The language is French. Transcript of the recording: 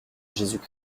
jésus